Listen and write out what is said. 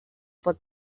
pot